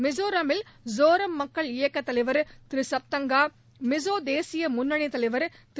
மிசோரமில் சோரம் மக்கள் இயக்க தலைவா் திரு சுப்தங்கா மிசோ தேசிய முன்னணி தலைவா் திரு